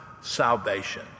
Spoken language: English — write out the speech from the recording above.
salvation